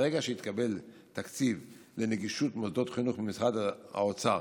ברגע שהתקבל תקציב לנגישות מוסדות חינוך ממשרד האוצר,